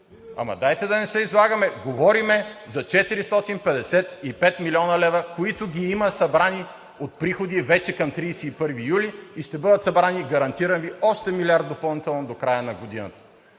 Ама дайте да не се излагаме, говорим за 455 млн. лв., които ги има вече събрани от приходи към 31 юли. Ще бъдат събрани и гарантирани още милиард допълнително до края на годината.